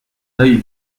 oeil